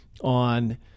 on